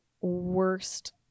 worst